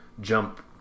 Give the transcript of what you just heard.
jump